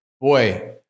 boy